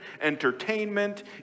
entertainment